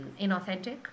inauthentic